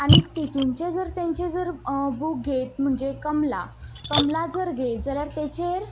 आनी तितूंनचें जर तेंचें जर बूक घेयत म्हणजे कमला कमला जर घेयत जाल्यार तेचेर